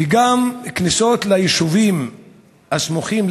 -- וגם כניסות ליישובים הסמוכים,